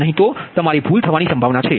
નહીં તો તમારી ભૂલની સંભાવના છે